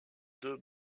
deux